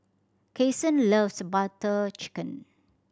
Kason loves Butter Chicken